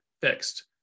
fixed